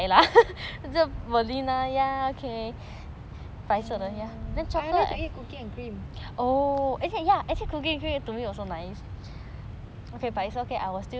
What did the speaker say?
orh I like to eat cookie and cream orh